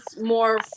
more